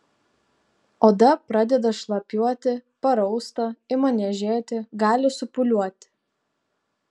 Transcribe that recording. oda pradeda šlapiuoti parausta ima niežėti gali supūliuoti